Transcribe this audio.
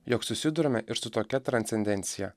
jog susiduriame ir su tokia transcendencija